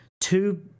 two